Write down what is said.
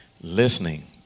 listening